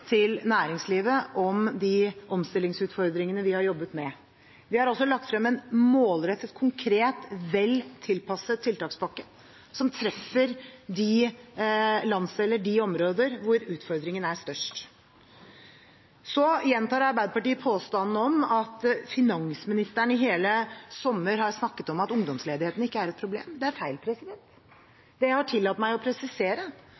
til næringslivet om de omstillingsutfordringene vi har jobbet med. Vi har også lagt frem en målrettet, konkret, vel tilpasset tiltakspakke som treffer de landsdeler og de områder hvor utfordringene er størst. Så gjentar Arbeiderpartiet påstanden om at finansministeren i hele sommer har snakket om at ungdomsledigheten ikke er problem. Det er feil. Det jeg har tillatt meg å presisere,